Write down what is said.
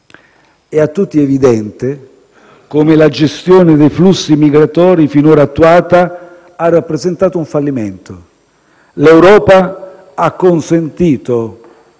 È a tutti evidente come la gestione dei flussi migratori finora attuata ha rappresentato un fallimento. L'Europa ha consentito